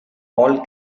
paul